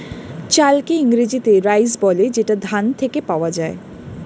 চালকে ইংরেজিতে রাইস বলে যেটা ধান থেকে পাওয়া যায়